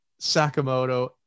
sakamoto